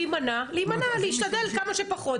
להימנע, להימנע, להשתדל כמה שפחות.